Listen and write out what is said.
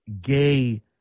gay